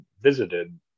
visited